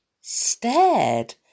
stared